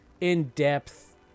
in-depth